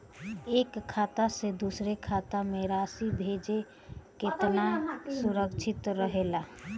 एक खाता से दूसर खाता में राशि भेजल केतना सुरक्षित रहेला?